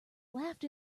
laughed